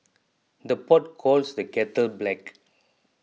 the pot calls the kettle black